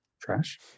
trash